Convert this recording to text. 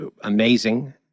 amazing